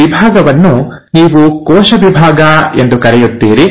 ಈ ವಿಭಾಗವನ್ನು ನೀವು ಕೋಶ ವಿಭಾಗ ಎಂದು ಕರೆಯುತ್ತೀರಿ